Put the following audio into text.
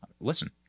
listen